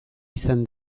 izan